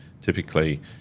typically